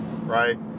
right